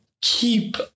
keep